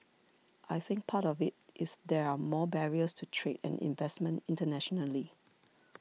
I think part of it is there are more barriers to trade and investment internationally